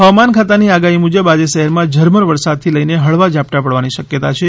હવામાન ખાતાની આગાહી મુજબ આજે શહેરમાં ઝરમર વરસાદથી લઈને હળવા ઝાપટાં પડવાની શક્યતા છે